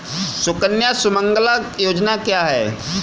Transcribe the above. सुकन्या सुमंगला योजना क्या है?